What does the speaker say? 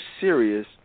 serious